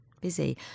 busy